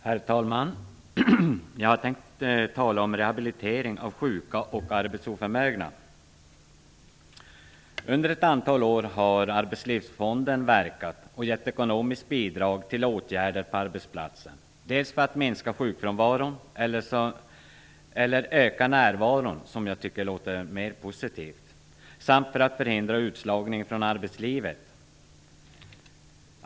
Herr talman! Jag tänkte tala om rehabilitering av sjuka och arbetsoförmögna. Under ett antal år har Arbetslivsfonden verkat och givit ekonomiskt bidrag till åtgärder på arbetsplatsen, dels för att minska sjukfrånvaron - eller för att öka närvaron, vilket jag tycker låter mer positivt - dels för att förhindra utslagning från arbetslivet.